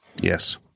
Yes